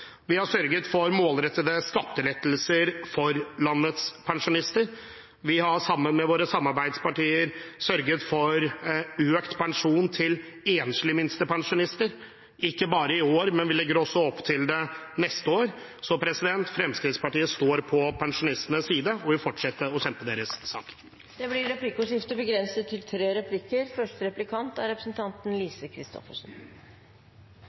Vi har sørget for målrettede skattelettelser for landets pensjonister. Vi har også sammen med våre samarbeidspartier sørget for økt pensjon til enslige minstepensjonister, ikke bare i år, men vi legger også opp til det for neste år. Så Fremskrittspartiet står på pensjonistenes side og vil fortsette å kjempe deres sak. Det blir replikkordskifte.